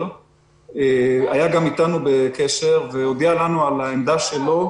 היה איתנו בקשר והודיע לנו על העמדה שלו,